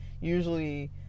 usually